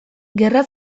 gerra